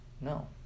no